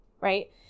right